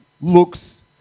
Looks